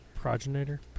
progenitor